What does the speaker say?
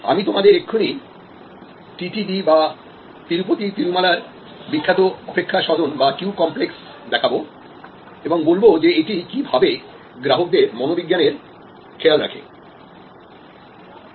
আমি তোমাদের এক্ষুনি TTD বা তিরুপতি তিরুমালার বিখ্যাত অপেক্ষা সদন বা কিউ কমপ্লেক্স দেখাবো এবং বলবো যে এটি কি ভাবে গ্রাহকদের মনোবিজ্ঞানের খেয়াল রাখে